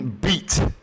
beat